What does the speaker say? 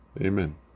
Amen